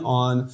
on